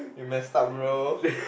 you messed up bro